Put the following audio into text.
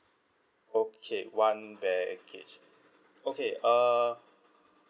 okay one baggage okay uh